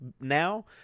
now